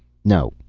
no,